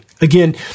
Again